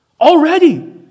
already